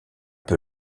peu